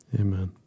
Amen